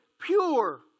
pure